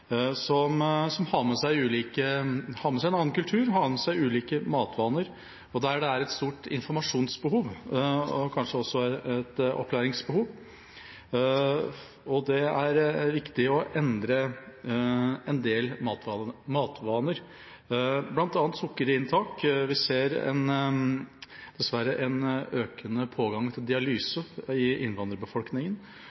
har med seg en annen kultur, har med seg ulike matvaner, og der det er et stort informasjonsbehov og kanskje også et opplæringsbehov. Det er viktig å endre en del matvaner, bl.a. sukkerinntaket. Vi ser dessverre en økende pågang